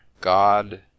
god